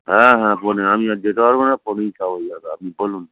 হ্যাঁ হ্যাঁ ফোনে আমি আর যেতে পারব না ফোনেই সব হয়ে যাবে আপনি বলুন